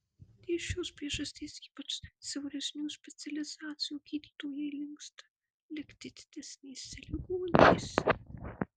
dėl šios priežasties ypač siauresnių specializacijų gydytojai linksta likti didesnėse ligoninėse